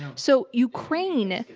so ukraine,